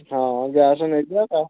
ହଁ ଗ୍ୟାସ୍ ନେଇଯିବା